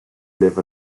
live